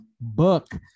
book